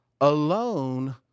alone